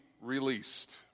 released